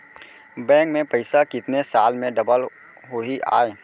Bank में पइसा कितने साल में डबल होही आय?